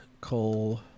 Cole